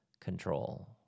control